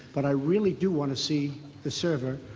but i really do want to see the server.